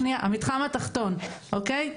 אוקי,